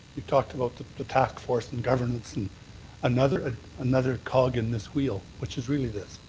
you talked about the the taskforce and governance and another ah another cog in this wheel, which is really this.